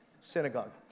synagogue